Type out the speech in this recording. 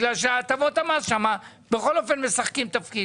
בגלל שהטבות המס שם בכל אופן משחקות תפקיד.